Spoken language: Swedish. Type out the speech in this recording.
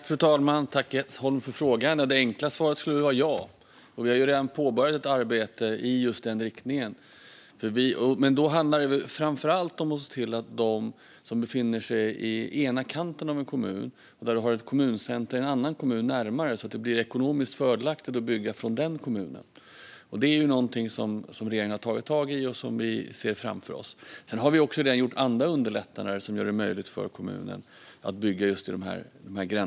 Fru talman! Tack, Jens Holm, för frågan! Det enkla svaret är ja. Vi har redan påbörjat ett arbete i just den riktningen. Det handlar framför allt om dem som befinner sig i ena kanten av en kommun och som har närmare till ett kommuncenter i en annan kommun, så att det blir ekonomiskt fördelaktigt att bygga från den kommunen. Detta är något som regeringen har tagit tag i och som vi ser framför oss. Sedan har vi underlättat på andra sätt som gör det möjligt för kommuner att bygga i gränszoner.